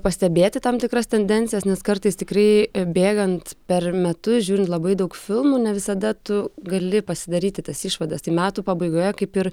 pastebėti tam tikras tendencijas nes kartais tikrai bėgant per metus žiūrint labai daug filmų ne visada tu gali pasidaryti tas išvadas tai metų pabaigoje kaip ir